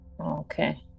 Okay